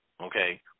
Okay